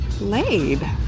Laid